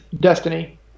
Destiny